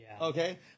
Okay